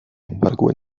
embargo